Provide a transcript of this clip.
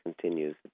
continues